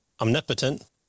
omnipotent